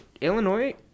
Illinois